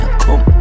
come